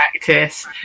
practice